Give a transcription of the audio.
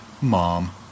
Mom